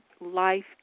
life